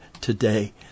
today